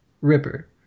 ripper